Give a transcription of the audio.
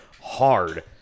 hard